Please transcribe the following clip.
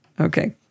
okay